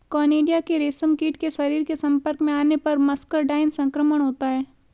conidia के रेशमकीट के शरीर के संपर्क में आने पर मस्करडाइन संक्रमण होता है